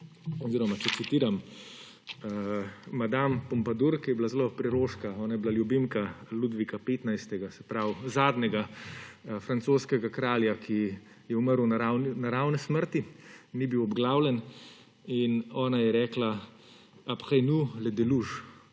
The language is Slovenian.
tako, če citiram Madame de Pompadour, ki je bila zelo preroška, ona je bila ljubimka Ludvika XV., se pravi zadnjega francoskega kralja, ki je umrl naravne smrti, ni bil obglavljen, rekla je: »Après nous, le déluge.«